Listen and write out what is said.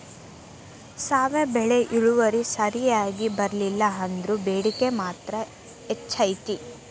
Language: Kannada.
ಸಾವೆ ಬೆಳಿ ಇಳುವರಿ ಸರಿಯಾಗಿ ಬರ್ಲಿಲ್ಲಾ ಅಂದ್ರು ಬೇಡಿಕೆ ಮಾತ್ರ ಹೆಚೈತಿ